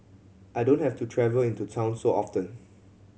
I don't have to travel into town so often